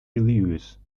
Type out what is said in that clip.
lewis